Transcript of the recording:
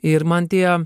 ir man tie